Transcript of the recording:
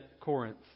Corinth